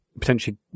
potentially